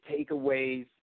takeaways